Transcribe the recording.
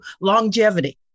longevity